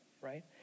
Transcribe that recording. right